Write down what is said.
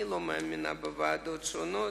אני לא מאמינה בוועדות שונות.